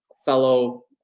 fellow